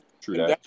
True